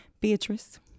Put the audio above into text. Beatrice